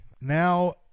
Now